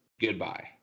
goodbye